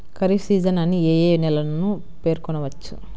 Kharif season అని ఏ ఏ నెలలను పేర్కొనవచ్చు?